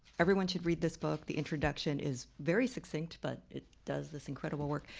everyone should read this book, the introduction is very succinct, but it does this incredible work.